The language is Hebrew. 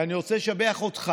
ואני רוצה לשבח אותך.